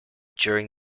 during